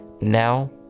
now